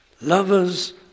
Lovers